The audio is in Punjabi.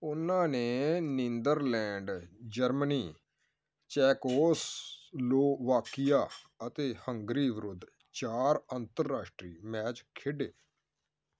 ਉਹਨਾਂ ਨੇ ਨੀਦਰਲੈਂਡ ਜਰਮਨੀ ਚੈਕੋਸ ਲੋਵਾਕੀਆ ਅਤੇ ਹੰਗਰੀ ਵਿਰੁੱਧ ਚਾਰ ਅੰਤਰਰਾਸ਼ਟਰੀ ਮੈਚ ਖੇਡੇ